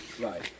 Right